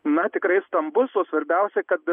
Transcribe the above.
na tikrai stambus o svarbiausia kad